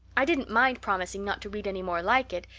i didn't mind promising not to read any more like it,